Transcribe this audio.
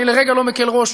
אני לרגע לא מקל ראש